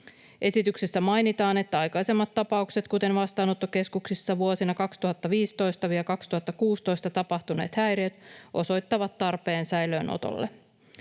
Esityksessä mainitaan, että aikaisemmat tapaukset, kuten vastaanottokeskuksissa vuosina 2015—2016 tapahtuneet häiriöt, osoittavat tarpeen säilöönotolle.